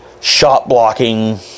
shot-blocking